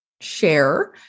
share